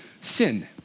sin